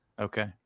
Okay